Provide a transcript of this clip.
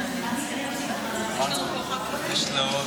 היושב-ראש,